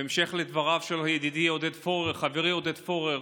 בהמשך לדבריו של ידידי עודד פורר, חברי עודד פורר,